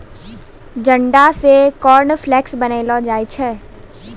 जंडा से कॉर्नफ्लेक्स बनैलो जाय छै